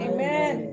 Amen